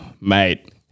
mate